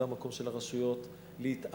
זה המקום של הרשויות להתערב,